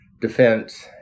defense